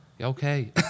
okay